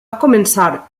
començar